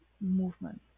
movement